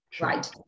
right